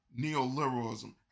neoliberalism